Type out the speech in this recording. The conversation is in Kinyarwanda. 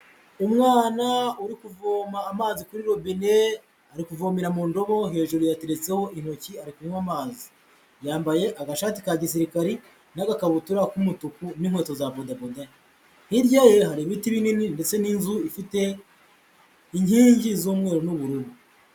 Umwana uri kuvoma amazi kuri robine ari kuvomera mu ndobo hejuru yateretseho intoki ari kunywa amazi, yambaye agashati ka gisirikari n'agakabutura k'umutuku n'inkweto za bodaboda, hirya ye hari ibiti binini ndetse n'inzu ifite inkingi z'umweru n'ubururu.